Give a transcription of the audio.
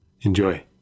Enjoy